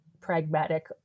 pragmatic